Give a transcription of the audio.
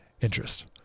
interest